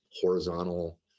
horizontal